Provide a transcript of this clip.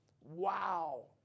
Wow